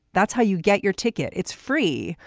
that's how you get your ticket. it's free,